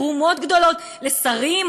תרומות גדולות לשרים,